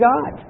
God